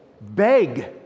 beg